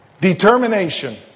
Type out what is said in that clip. Determination